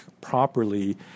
properly